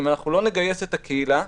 אם לא נגייס את הקהילה,